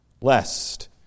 lest